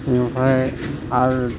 बिनिफ्राय आरो